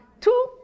two